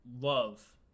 love